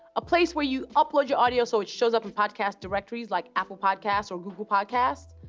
a place where you upload your audio so it shows up in podcast directories like apple podcasts or google podcasts.